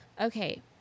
Okay